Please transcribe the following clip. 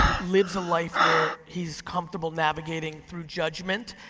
lives a life where he's comfortable navigating through judgment,